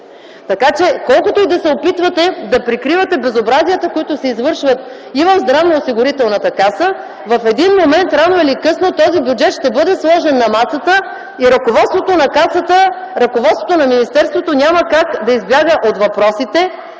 Така че, колкото и да се опитвате да прикривате безобразията, които се извършват и в Здравноосигурителната каса, в един момент рано или късно този бюджет ще бъде сложен на масата и ръководството на Касата, ръководството на министерството няма как да избягат от въпросите